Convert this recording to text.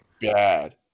bad